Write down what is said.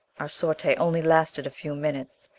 our sortie only lasted a few minutes.